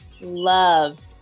love